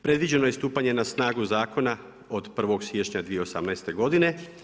Predviđeno je stupanje na snagu zakona od 1. siječnja 2018. godine.